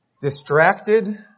distracted